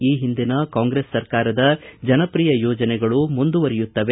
ಈ ಹಿಂದಿನ ಕಾಂಗ್ರೆಸ್ ಸರ್ಕಾರದ ಜನಪ್ರಿಯ ಯೋಜನೆಗಳು ಮುಂದುವರೆಯುತ್ತವೆ